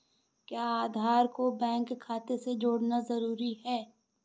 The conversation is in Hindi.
क्या आधार को बैंक खाते से जोड़ना जरूरी है?